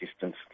distance